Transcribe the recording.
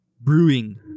Brewing